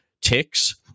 ticks